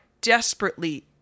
desperately